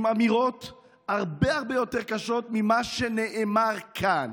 עם אמירות הרבה הרבה יותר קשות ממה שנאמר כאן,